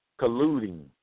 colluding